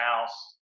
house